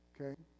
okay